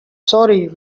sorry